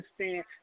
understand